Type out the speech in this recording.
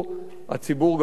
הציבור גם תומך בה.